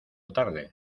tarde